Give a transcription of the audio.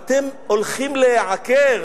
אתם הולכים להיעקר.